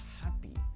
happy